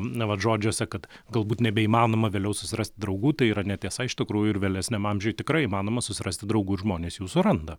na vat žodžiuose kad galbūt nebeįmanoma vėliau susirasti draugų tai yra netiesa iš tikrųjų ir vėlesniam amžiuj tikrai įmanoma susirasti draugų ir žmonės jų suranda